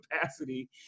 capacity